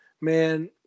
Man